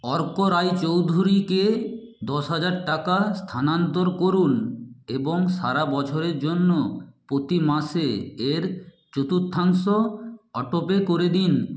অর্ক রায়চৌধুরীকে দশ হাজার টাকা স্থানান্তর করুন এবং সারা বছরের জন্য প্রতি মাসে এর চতুর্থাংশ অটোপে করে দিন